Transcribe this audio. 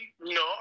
No